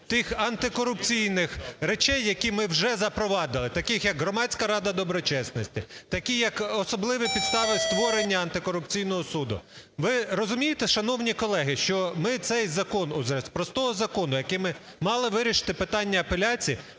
тих антикорупційних речей, які ми вже запровадили. Таких як Громадська рада доброчесності, такі як особливі підстави створення антикорупційного суду. Ви розумієте, шановні колеги, що ми цей закон уже, з простого закону, яким ми мали вирішити питання апеляції,